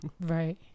right